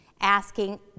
Asking